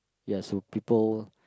yes so people